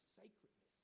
sacredness